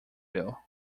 view